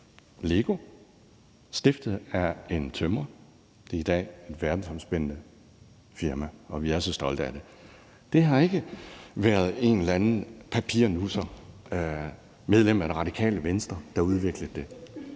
er stiftet af en tømrer. Det er i dag et verdensomspændende firma, og vi er så stolte af det. Det har ikke været en eller anden papirnusser, medlem af Radikale Venstre, der udviklede det.